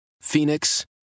Phoenix